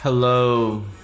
Hello